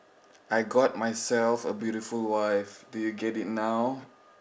I got myself a beautiful wife do you get it now